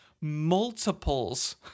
multiples